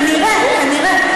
כנראה, כנראה.